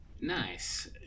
Nice